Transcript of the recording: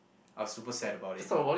I was super sad about it